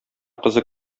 кызы